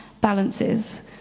balances